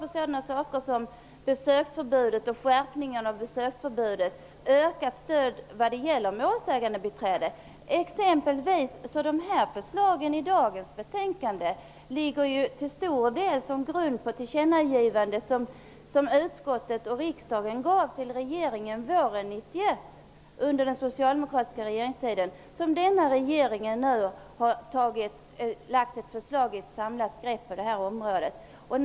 Jag tänker exempelvis på skärpningen av besöksförbudet och på ökat stöd vad gäller målsägandebiträde. Förslagen i dagens betänkande grundar sig på tillkännagivandet som utskottet och riksdagen gjorde till regeringen under den socialdemokratiska regeringstiden våren 1991. Nuvarande regering har nu i ett samlat grepp lagt fram ett förslag på detta område.